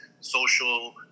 social